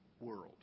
world